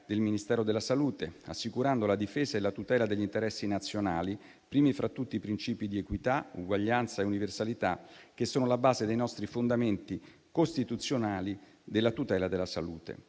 del Ministero della salute, assicurando la difesa e la tutela degli interessi nazionali, primi fra tutti i principi di equità, uguaglianza e universalità, che sono alla base dei nostri fondamenti costituzionali della tutela della salute.